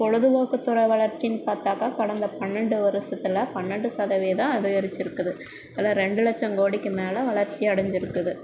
பொழுதுப்போக்கு துறை வளர்ச்சின்னு பார்த்தாக்கா கடந்த பன்னெண்டு வருஷத்துல பன்னெண்டு சதவீதம் அதிகரிச்சுருக்குது இதில் ரெண்டு லட்சம் கோடிக்கு மேலே வளர்ச்சி அடைஞ்சுருக்குது